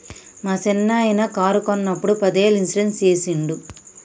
మా సిన్ననాయిన కారు కొన్నప్పుడు పదేళ్ళ ఇన్సూరెన్స్ సేసిండు